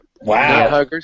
Wow